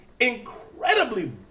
incredibly